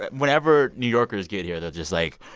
whenever new yorkers get here, they're just like,